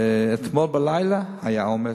אתמול בלילה היה עומס,